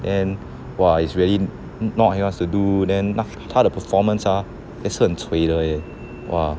and !wah! is really not yours to do then 他的 performance ah 也是很 cui 的 leh !wah!